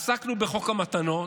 עסקנו בחוק המתנות,